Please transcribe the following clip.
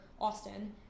Austin